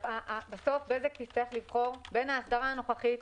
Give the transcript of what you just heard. בסוף בזק תצטרך לבחור בין ההסדרה הנוכחית,